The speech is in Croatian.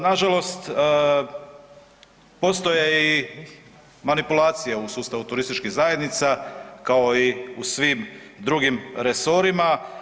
Nažalost postoje i manipulacije u sustavu turističkih zajednica kao i u svim drugim resorima.